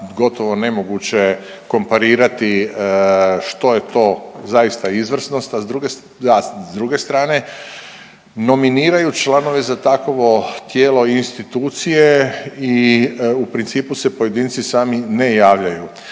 gotovo nemoguće komparirati što je to zaista izvrsnost, a s druge strane nominiraju članove za takovo tijelo i institucije i u principu se pojedinci sami ne javljaju.